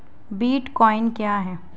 Bitcoin क्या है?